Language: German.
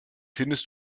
findest